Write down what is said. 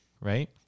right